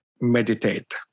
meditate